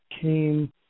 came